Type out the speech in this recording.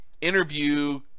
Interview